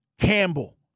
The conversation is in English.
Campbell